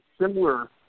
similar